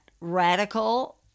radical